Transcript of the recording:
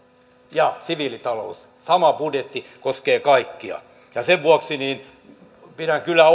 ja siviilitalous sama budjetti koskee kaikkia ja sen vuoksi pidän kyllä